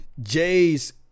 Jay's